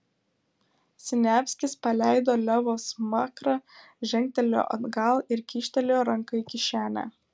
siniavskis paleido levo smakrą žengtelėjo atgal ir kyštelėjo ranką į kišenę